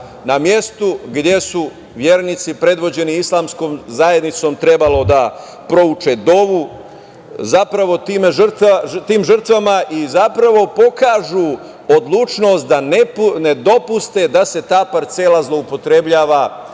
na mestu gde su vernici predvođeni islamskom zajednicom trebali da prouče dovu, zapravo tim žrtvama i zapravo pokažu odlučnost da ne dopuste da se ta parcela zloupotrebljava